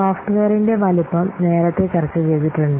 സോഫ്റ്റ്വെയറിന്റെ വലുപ്പം നേരത്തെ ചർച്ച ചെയ്തിട്ടുണ്ട്